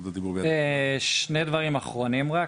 שני דברים אחרונים רק.